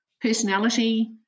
personality